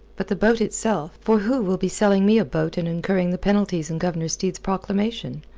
but the boat itself. for who will be selling me a boat and incurring the penalties in governor steed's proclamation?